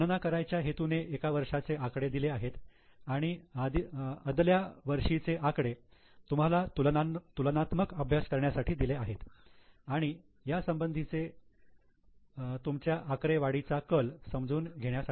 गणना करायच्या हेतूने एका वर्षाचे आकडे दिले आहे आणि आदल्या वर्षीचे आकडे तुम्हाला तुलनात्मक अभ्यास करण्यासाठी दिले आहेत आणि यासंबंधीचे तुमचा आकडेवारीचा कल समजून घेण्यासाठी